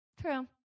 True